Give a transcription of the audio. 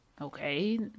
Okay